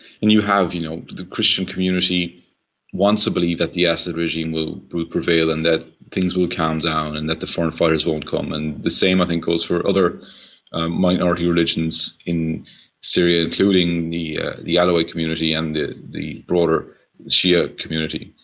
and you have, you know the christian community wants to believe that the assad regime will will prevail and that things will calm down and that the foreign fighters won't come, and the same i think goes for other minority religions in syria, including the ah the alawite community and the the broader shia community.